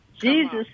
jesus